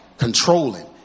Controlling